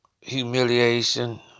humiliation